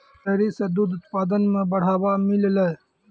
dairy सें दूध उत्पादन म बढ़ावा मिललय